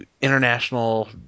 International